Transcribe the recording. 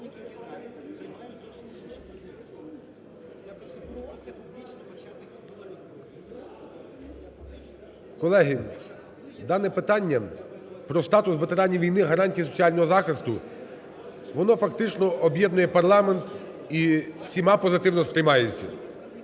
Колеги, дане питання "Про статус ветеранів війни, гарантії їх соціального захисту", воно фактично об'єднує парламент і всіма позитивно сприймається.